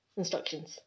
instructions